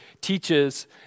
teaches